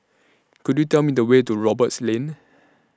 Could YOU Tell Me The Way to Roberts Lane